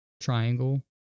triangle